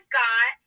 got